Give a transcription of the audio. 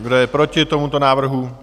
Kdo je proti tomuto návrhu?